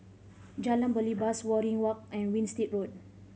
Jalan Belibas Waringin Walk and Winstedt Road